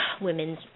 women's